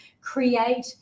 create